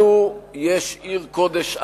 לנו יש עיר קודש אחת,